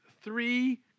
three